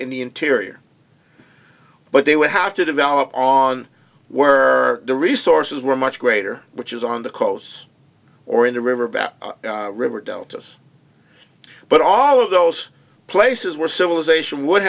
interior but they would have to develop on were the resources were much greater which is on the coasts or in the river about river deltas but all of those places were civilization would